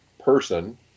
person